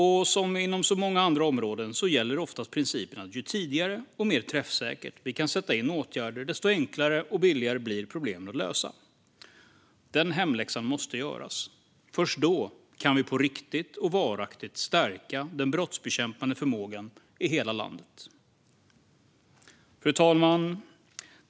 Inom många andra områden gäller oftast principen att ju tidigare och mer träffsäkert vi kan sätta in åtgärder desto enklare och billigare blir problemen att lösa. Den hemläxan måste göras. Först då kan vi på riktigt och varaktigt stärka den brottsbekämpande förmågan i hela landet. Fru talman!